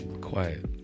Quiet